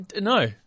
No